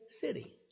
city